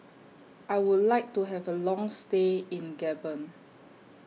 I Would like to Have A Long stay in Gabon